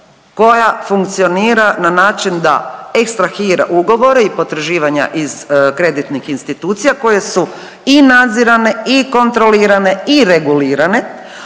koja funkcionira na način da ekstrahira ugovore i potraživanja iz kreditnih institucija koje su i nadzirane i kontrolirane i regulirane,